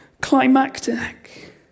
climactic